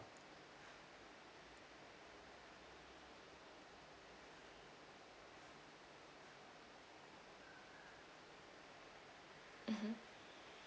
mmhmm